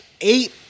eight